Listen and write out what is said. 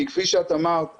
כי כפי שאת אמרת,